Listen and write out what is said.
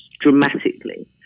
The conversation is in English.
dramatically